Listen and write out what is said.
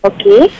Okay